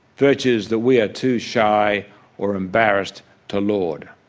virtues that we are too shy or embarrassed to laud.